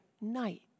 night